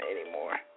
anymore